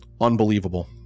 unbelievable